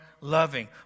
loving